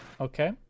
Okay